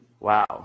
Wow